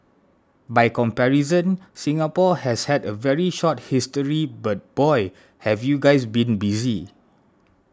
by comparison Singapore has had a very short history but boy have you guys been busy